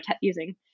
using